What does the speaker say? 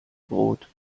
brot